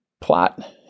plot